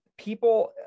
People